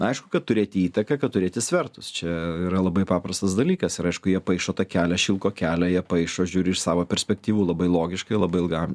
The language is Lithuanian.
aišku kad turėti įtaką kad turėti svertus čia yra labai paprastas dalykas ir aišku jie paišo tą kelią šilko kelią jie paišo žiūri iš savo perspektyvų labai logiškai labai ilgam